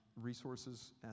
resources